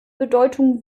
bedeutung